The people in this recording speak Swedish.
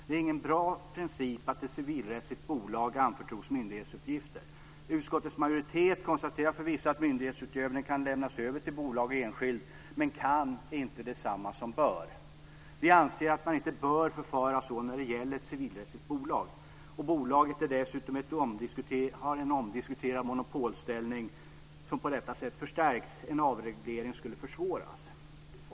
Det är inte någon bra princip att ett civilrättsligt bolag anförtros myndighetsuppgifter. Utskottets majoritet konstaterar förvisso att myndighetsutövning kan lämnas över till bolag eller enskild. Men "kan" är inte detsamma som "bör". Vi anser att man inte bör förfara så när det gäller ett civilrättsligt bolag. Bolaget har dessutom en omdiskuterad monopolställning som på detta sätt förstärks. En avreglering skulle därmed försvåras.